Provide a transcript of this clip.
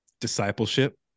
discipleship